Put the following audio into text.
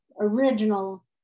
original